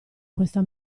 questa